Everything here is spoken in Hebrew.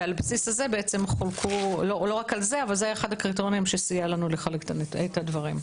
זה היה אחד הקריטריונים שסייע לנו לחלק את הדברים.